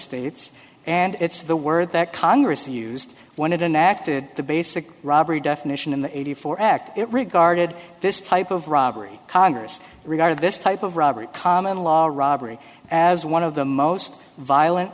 states and it's the word that congress used wanted an act to the basic robbery definition in the eighty four act it regarded this type of robbery congress regarded this type of robbery common law robbery as one of the most violent